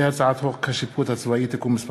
הצעת חוק השיפוט הצבאי (תיקון מס'